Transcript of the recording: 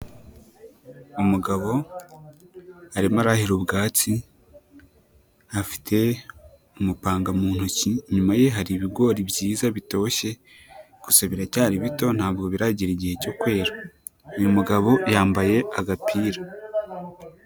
Umugabo arimo arahira ubwatsi afite umupanga mu ntoki, inyuma ye hari ibigori byiza bitoshye gusa biracyari bito ntabwo biragera igihe cyo kwera. Uyu mugabo yambaye agapira.